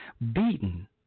Beaten